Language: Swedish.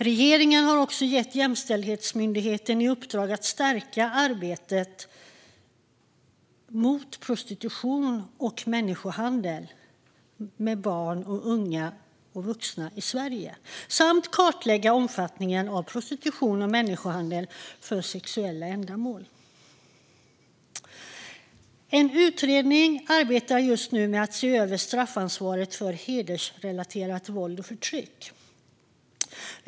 Regeringen har också gett Jämställdhetsmyndigheten i uppdrag att stärka arbetet mot prostitution och människohandel med barn, unga och vuxna i Sverige samt att kartlägga omfattningen av prostitution och människohandel för sexuella ändamål. En utredning arbetar just nu med att se över straffansvaret för hedersrelaterat våld och förtryck.